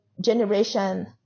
generation